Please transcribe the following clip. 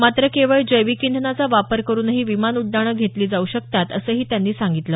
मात्र केवळ जैविक इंधनाचा वापर करूनही विमान उड्डाणे घेतली जाऊ शकतात असंही त्यांनी सांगितलं